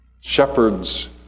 Shepherds